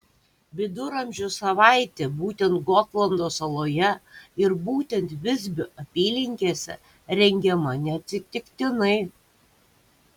viduramžių savaitė būtent gotlando saloje ir būtent visbio apylinkėse rengiama neatsitiktinai